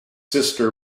sister